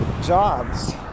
jobs